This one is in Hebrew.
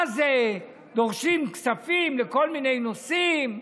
מה זה, דורשים כספים לכל מיני נושאים,